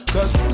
Cause